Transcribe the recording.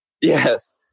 Yes